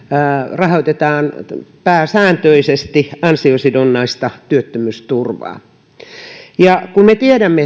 rahoitetaan pääsääntöisesti ansiosidonnaista työttömyysturvaa kun me tiedämme